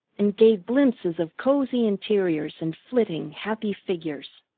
and gave glimpses of cosy interiors and flitting happy figures.